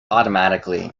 automatically